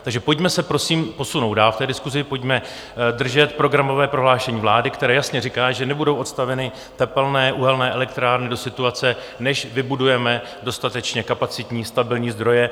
Takže pojďme se prosím posunout dál v té diskusi, pojďme držet programové prohlášení vlády, které jasně říká, že nebudou odstaveny tepelné uhelné elektrárny do situace, než vybudujeme dostatečně kapacitní stabilní zdroje.